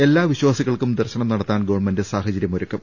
എല്ലാ വിശ്വാസികൾക്കും ദർശനം നടത്താൻ ഗവൺമെന്റ് സാഹ ചര്യമൊരുക്കും